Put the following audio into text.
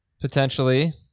potentially